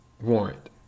warrant